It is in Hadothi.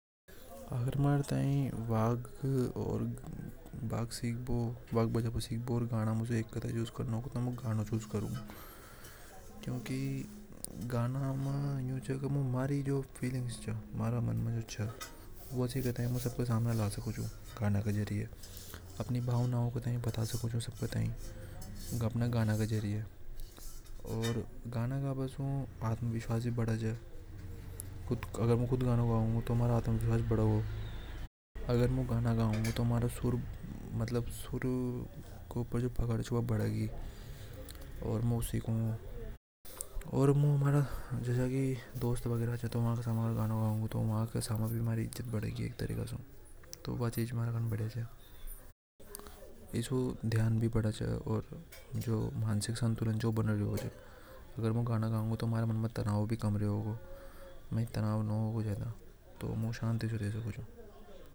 अगर मारा थाई गिटार ओर पियानो में से कोई चीज सीखनी च तो मु गिटार सीखूंगा क्योंकि गिरामी तो च की उसे में कही भी लेके जा सकू चैंपियनों का थाई का भी न लेज सके च इंस्ट्रूमेंट रेवे च ऊं मे मतलब भजन की वजह से कही भी न लेज सके च गिटार थाई कहा। भी लेके जा सका चा ओर गिटार सीखने तोड़ो आसान भी रेवे च ओर अगर मु कोड सिख जाओ तो में कोई भी सिंपल गाना ए भी बजा सकू चू ओर आज कल लोग गिटार ए ही पसंद कर रिया च। तो वो हिसाब च मु गिटार ओर पियानो में गिटार बजाबी ज्यादा पसंद करु चू।